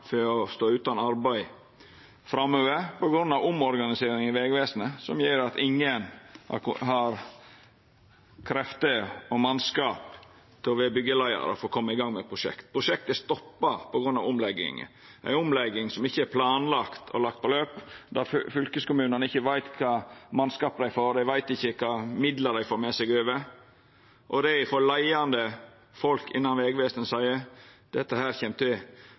for å stå utan arbeid framover på grunn av omorganisering i Vegvesenet som gjer at ingen har krefter og mannskap til å vera byggjeleiar og koma i gang med prosjekt. Prosjekt er stoppa på grunn av omlegginga, ei omlegging som ikkje er planlagd, og der løpet ikkje er lagt, der fylkeskommunane ikkje veit kva mannskap dei får, dei veit ikkje kva midlar dei får med seg over. Leiande folk innan Vegvesenet seier